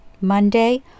monday